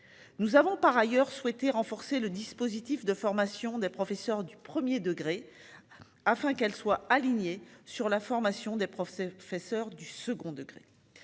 Nous avons par ailleurs souhaité renforcer le dispositif de formation des professeurs du 1er degré. Afin qu'elles soient alignées sur la formation des professeurs confesseur du second degré.